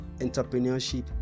entrepreneurship